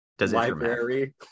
Library